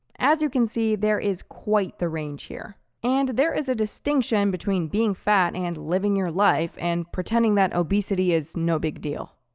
as you can see, there is quite the range here. and there is a distinction between being fat and living your life and pretending that obesity is no big deal.